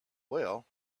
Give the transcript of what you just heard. well